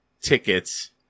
tickets